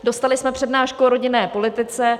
Dostali jsme přednášku o rodinné politice.